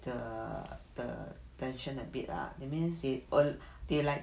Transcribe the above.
the the tension a bit lah that means they err they like